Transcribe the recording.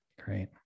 great